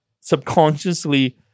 subconsciously